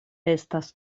estas